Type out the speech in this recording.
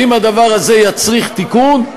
ואם הדבר הזה יצריך תיקון,